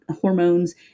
hormones